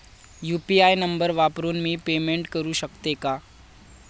UPI number वापरून मी payment करू शकते का?